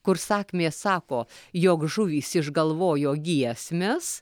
kur sakmės sako jog žuvys išgalvojo giesmes